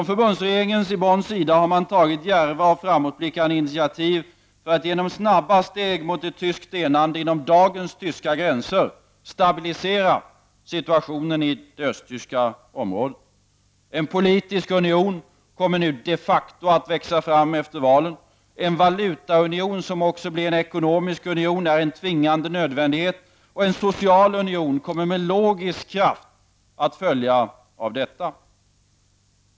Förbundsregeringen i Bonn har tagit djärva och framåtblickande initiativ för att genom snabba steg mot ett tyskt enande inom dagens tyska gränser stabilisera situationen i det östtyska området. En politisk union kommer nu de facto att växa fram efter valen. En valutaunion, som också blir en ekonomisk union, är en tvingande nödvändighet. En social union kommer med logisk kraft att följa av detta.